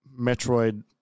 Metroid